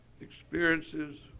experiences